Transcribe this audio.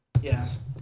Yes